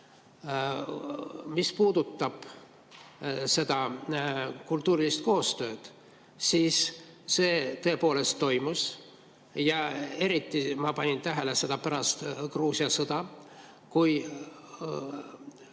Mis puudutab kultuurilist koostööd, siis see tõepoolest toimus. Eriti ma panin seda tähele pärast Gruusia sõda, kui